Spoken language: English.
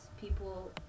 people